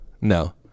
No